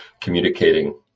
communicating